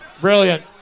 Brilliant